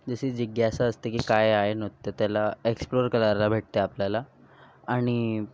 जशी जिग्यासा असते की काय आहे नृत्य त्याला एक्सप्लोर करायला भेटते आपल्याला आणि